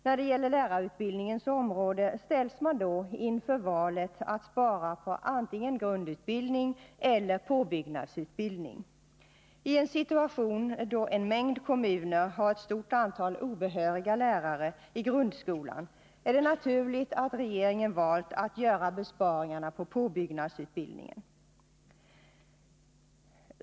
När det gäller lärarutbildningen ställs man då inför valet att spara på antingen grundutbildningen eller påbyggnadsutbildningen. I en situation då en mängd kommuner har ett stort antal obehöriga lärare i grundskolan är det naturligt att regeringen valt att göra besparingarna på påbyggnadsutbildningen.